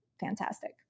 fantastic